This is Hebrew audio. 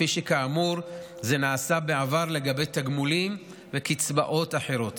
כפי שכאמור זה נעשה בעבר לגבי תגמולים וקצבאות אחרות.